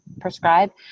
prescribe